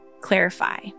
clarify